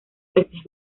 peces